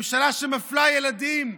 ממשלה שמפלה ילדים,